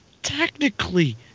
technically